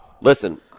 Listen—